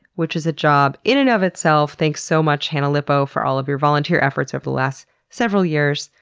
which is a job in and of itself. thanks so much hannah lipow for all of your volunteer efforts over the last several years.